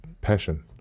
passion